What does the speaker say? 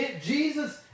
Jesus